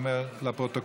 (סמכות הרשות המקומית לפטור מארנונה למוסד מתנדב לשירות הציבור),